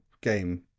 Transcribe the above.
game